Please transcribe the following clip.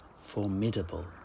Formidable